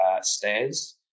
stairs